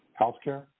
healthcare